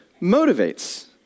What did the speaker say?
motivates